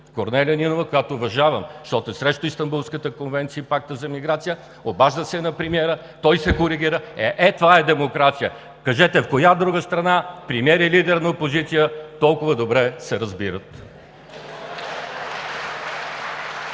Корнелия Нинова, която уважавам, защото е против Истанбулската конвенция и Пакта за миграция на ООН, обажда се на премиера, той се коригира! Е, ето това е демокрация. Кажете в коя друга страна премиер и лидер на опозиция толкова добре се разбират?!